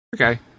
Okay